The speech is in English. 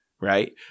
right